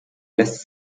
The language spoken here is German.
lässt